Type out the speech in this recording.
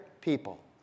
people